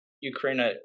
Ukraine